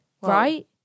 right